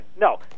No